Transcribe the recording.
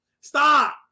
Stop